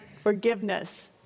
forgiveness